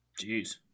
Jeez